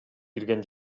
кирген